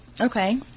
Okay